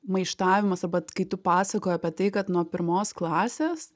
maištavimas arba kai tu pasakoji apie tai kad nuo pirmos klasės